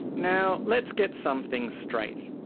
now, let's get some things straight.